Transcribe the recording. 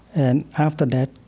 and after that,